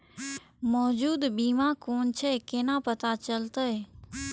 मौजूद बीमा कोन छे केना पता चलते?